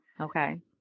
Okay